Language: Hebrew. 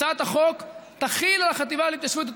הצעת החוק תחיל על החטיבה להתיישבות את